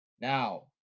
Now